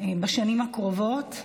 בשנים הקרובות,